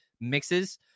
mixes